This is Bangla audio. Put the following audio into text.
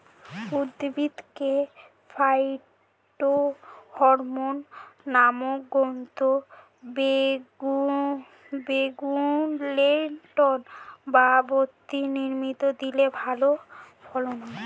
উদ্ভিদকে ফাইটোহরমোন নামক গ্রোথ রেগুলেটর বা বৃদ্ধি নিয়ন্ত্রক দিলে ভালো ফলন হয়